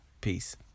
Peace